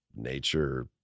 nature